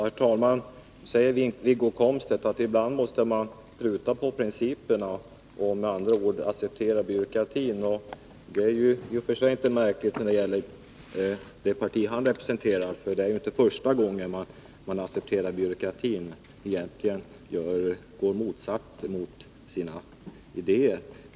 Herr talman! Nu säger Wiggo Komstedt att man ibland måste pruta på principerna — med andra ord acceptera byråkratin. Det är i och för sig inte märkligt när det gäller det parti han representerar. Det är ju inte första gången man där accepterar byråkratin och egentligen går emot sina idéer.